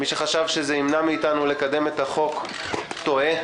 מי שחשב שזה ימנע מאתנו לקדם את החוק, טועה.